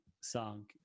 song